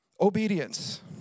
Obedience